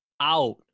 out